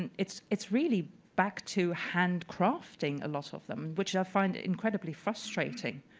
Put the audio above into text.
and it's it's really back to hand crafting a lot of them, which i find incredibly frustrating.